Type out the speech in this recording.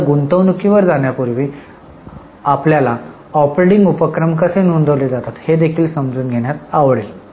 आता गुंतवणुकीवर जाण्यापूर्वी आम्हाला ऑपरेटिंग उपक्रम कसे नोंदवले जातात हे देखील समजून घेण्यास आवडेल